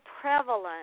prevalent